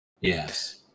Yes